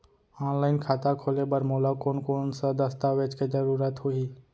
Online खाता खोले बर मोला कोन कोन स दस्तावेज के जरूरत होही?